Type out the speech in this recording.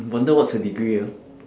wonder what's her degree ah